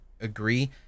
agree